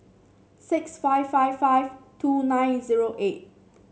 six five five five two nine zero eight